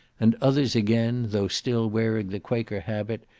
and others again, though still wearing the quaker habit,